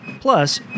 Plus